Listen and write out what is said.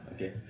Okay